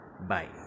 Bye